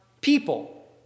people